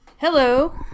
Hello